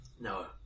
No